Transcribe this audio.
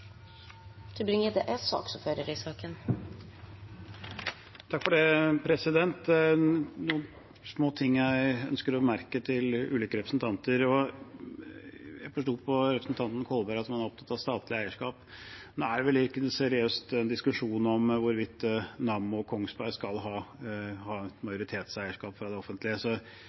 noen små ting jeg ønsker å bemerke til ulike representanter. Jeg forsto på representanten Kolberg at han var opptatt av statlig eierskap. Nå er det vel ikke noen seriøs diskusjon om hvorvidt Nammo og Kongsberg skal ha majoritetseierskap av det offentlige.